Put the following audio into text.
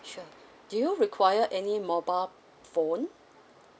sure do you require any mobile phone